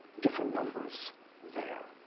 different numbers there.